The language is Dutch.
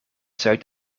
zuid